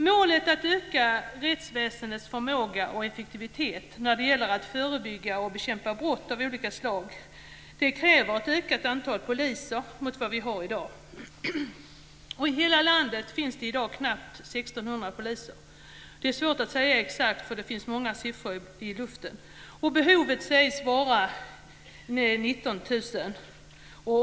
Målet, att öka rättsväsendets förmåga och effektivitet när det gäller att förebygga och bekämpa brott av olika slag, kräver ett ökat antal poliser mot vad vi har i dag. I hela landet finns det i dag knappt 16 000 poliser. Det är svårt att säga ett exakt antal, för det finns många siffror i luften. Behovet sägs vara 19 000 poliser.